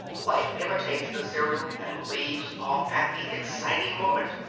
life imitates the serial and leaves off at the exciting moment.